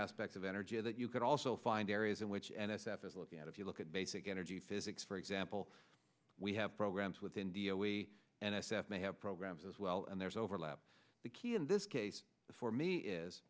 aspects energy that you could also find areas in which n s f is looking at if you look at basic energy physics for example we have programs with india we and s f may have programs as well and there's overlap the key in this case for me is